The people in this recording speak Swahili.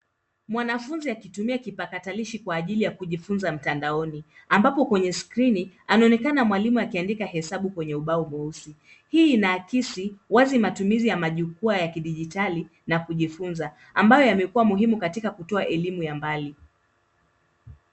Mwanafunzi akitumia kipakatalishi kwa ajili ya kujifunza mtandaoni ambapo kwenye skrini anaonekana mwalimu akiandika hesabu kwenye ubao mweusi. Hii inaakisi wazi matumizi ya kijukwaa ya dijitali na kujifunza ambayo yamekuwa muhimu katika kutoa elimu ya mbali.